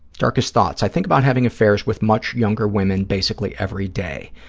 darkest thoughts. i think about having affairs with much younger women basically every day.